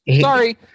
Sorry